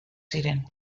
ziren